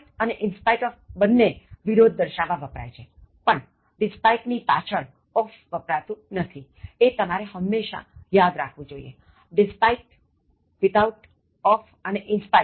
despite અને in spite of બન્ને વિરોધ દર્શાવવા વપરાય છેપણ despite ની પાછળ of વપરાતું નથી એ તમારે હંમેશા યાદ રાખવું જોઇએ despite without of અને in spite of